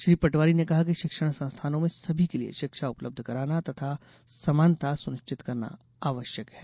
श्री पटवारी ने कहा कि शिक्षण संस्थानों में सभी के लिए शिक्षा उपलब्ध कराना तथा समानता सुनिश्चित करना आवश्यक है